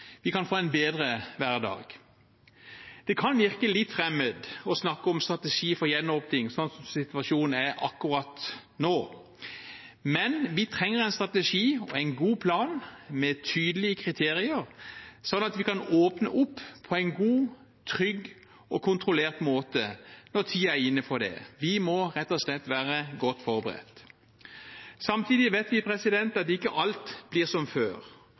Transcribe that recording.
Vi kan få en bedre hverdag. Det kan virke litt fremmed å snakke om strategi for gjenåpning sånn situasjonen er akkurat nå, men vi trenger en strategi og en god plan med tydelige kriterier sånn at vi kan åpne opp på en god, trygg og kontrollert måte når tiden er inne for det. Vi må rett og slett være godt forberedt. Samtidig vet vi at ikke alt blir som før,